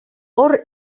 hor